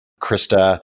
Krista